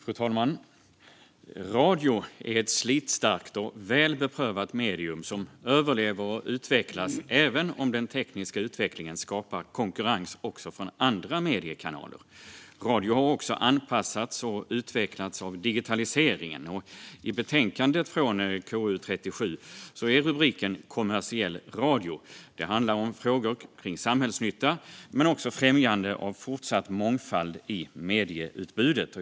Fru talman! Radio är ett slitstarkt och väl beprövat medium som överlever och utvecklas även om den tekniska utvecklingen skapar konkurrens också från andra mediekanaler. Radio har också anpassats och utvecklats av digitaliseringen. Betänkande KU37 har rubriken Bättre villkor för k ommersiell radio. Det handlar om frågor kring samhällsnytta men också om främjande av fortsatt mångfald i medieutbudet.